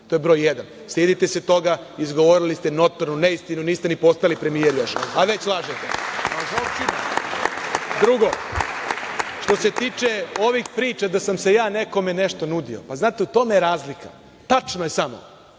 To je broj jedan. Stidite se toga. Izgovorili ste notornu neistinu. Niste ni postali premijer još, a već lažete. Drugo, što se tiče ovih priča da sam se ja nekome nešto nudio, pa znate u tome je razlika. Tačno je da